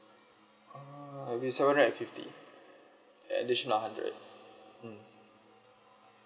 uh will be seven hundred and fifty additional hundred mm